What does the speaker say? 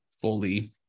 fully